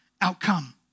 outcome